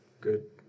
good